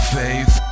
faith